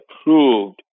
approved